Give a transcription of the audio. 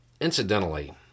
Incidentally